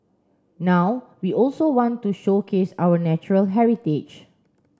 now we also want to showcase our natural heritage